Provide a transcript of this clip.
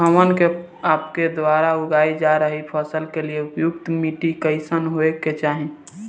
हमन के आपके द्वारा उगाई जा रही फसल के लिए उपयुक्त माटी कईसन होय के चाहीं?